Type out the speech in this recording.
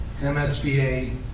MSBA